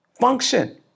function